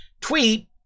tweet